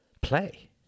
play